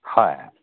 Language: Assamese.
হয়